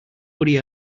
worry